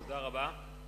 תודה רבה.